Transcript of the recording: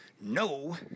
No